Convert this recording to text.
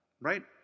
right